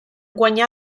guanyar